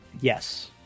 yes